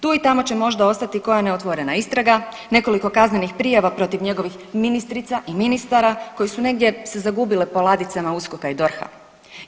Tu i tamo će možda ostati koja neotvorena istraga, nekoliko kaznenih prijava protiv njegovih ministrica i ministara koji su negdje se zagubile po ladicama USKOK-a i DORH-a.